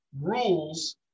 rules